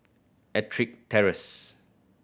Ettrick Terrace